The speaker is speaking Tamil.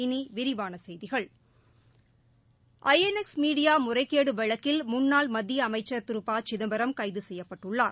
இனி விரிவான செய்திகள் ஐ என் எஸ் மீடியா முறைகேடு வழக்கில் முன்னாள் மத்திய அமைச்சள் திரு ப சிதம்பரம் கைது செய்யப்பட்டுள்ளார்